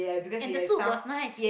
and the soup was nice